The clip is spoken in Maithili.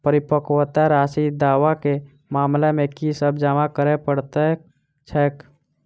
परिपक्वता राशि दावा केँ मामला मे की सब जमा करै पड़तै छैक?